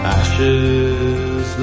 ashes